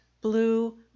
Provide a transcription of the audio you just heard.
blue